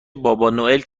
بابانوئل